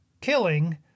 killing